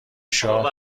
شاه